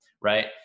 right